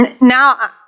Now